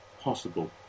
Possible